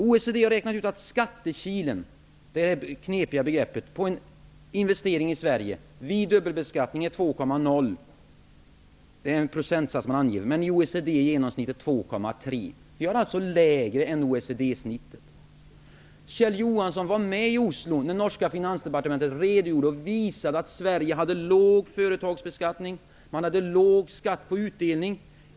OECD har räknat ut att skattekilen -- det här knepiga begreppet -- på en investering i Sverige vid dubbelbeskattning är 2,0; det är den procentsats man har angivit. Men i OECD är genomsnittet 2,3. Sveriges siffra är alltså lägre än OECD Kjell Johansson var med i Oslo när det norska finansdepartementet visade att Sverige har låg företagsbeskattning och låg skatt på utdelning.